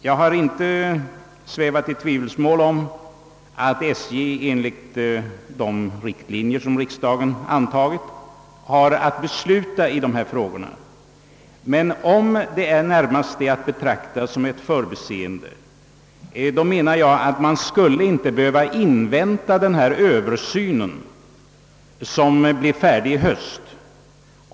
Jag har inte svävat i tvivelsmål om att SJ enligt de riktlinjer som riksdagen antagit har att besluta i dessa frågor, men om detta snarast är att betrakta som ett förbiseende skulle man enligt min uppfattning inte behöva invänta den översyn som blir färdig i höst.